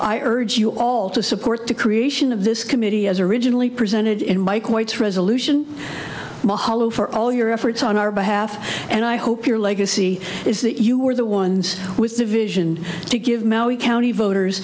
i urge you all to support the creation of this committee as originally presented in mike white's resolution mahalo for all your efforts on our behalf and i hope your legacy is that you were the ones with the vision to give maui county voters